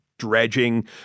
Dredging